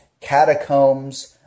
catacombs